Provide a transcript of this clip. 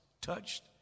touched